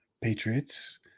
Patriots